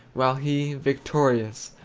while he, victorious,